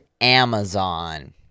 Amazon